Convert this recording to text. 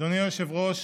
אדוני היושב-ראש,